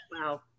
Wow